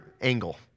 angle